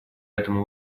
этому